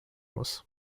muss